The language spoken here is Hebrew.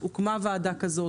הוקמה ועדה כזאת,